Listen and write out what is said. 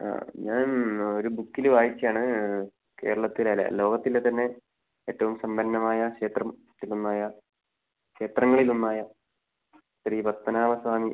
ആ ഞാൻ ഒരു ബുക്കില് വായിച്ചതാണ് കേരളത്തിലെ അല്ല ലോകത്തിലെ തന്നെ ഏറ്റവും സമ്പന്നമായ ക്ഷേത്രം സ്ഥിരമായ ക്ഷേത്രങ്ങളിൽ ഒന്നായ ശ്രീ പദ്മനാഭസ്വാമി